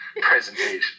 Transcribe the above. presentation